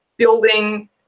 building